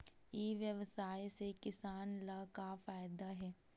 ई व्यवसाय से किसान ला का फ़ायदा हे?